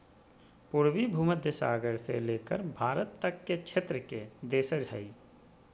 पूर्वी भूमध्य सागर से लेकर भारत तक के क्षेत्र के देशज हइ